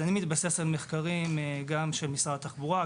אני מתבסס על מחקרים גם של משרד התחבורה,